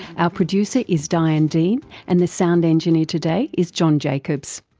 our producer is diane dean and the sound engineer today is john jacobs.